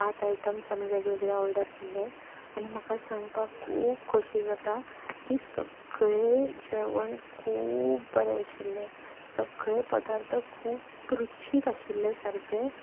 पांच आयट्म्स आमी वेगळे वेगळे ऑर्डर केल्ले आनी म्हाका सांगपाक खूब खोशी जाता की सगळें जेवण खूब बरें आशिल्लें सगळे पदार्थ खूब रुचीक आशिल्ले सारके